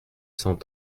cent